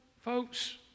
folks